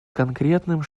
конкретным